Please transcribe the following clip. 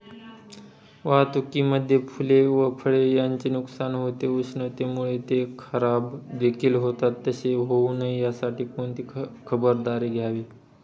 वाहतुकीमध्ये फूले व फळे यांचे नुकसान होते, उष्णतेमुळे ते खराबदेखील होतात तसे होऊ नये यासाठी कोणती खबरदारी घ्यावी?